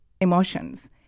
emotions